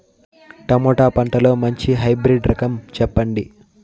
Tomato పంటలో మంచి hybrid రకం చెప్పండి?